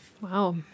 Wow